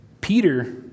Peter